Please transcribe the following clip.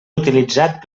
utilitzat